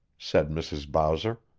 said mrs. bowser,